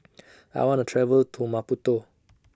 I want to travel to Maputo